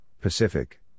Pacific